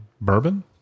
Bourbon